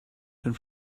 been